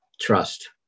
trust